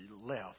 left